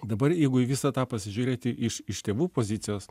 dabar jeigu visą tą pasižiūrėti iš iš tėvų pozicijos